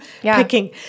picking